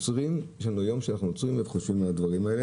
יש לנו יום שאנחנו עוצרים וחושבים על הדברים האלה.